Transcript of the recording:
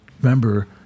Remember